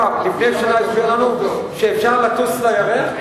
אגב, לפני שנה התברר לנו שאפשר לטוס לירח.